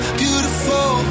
beautiful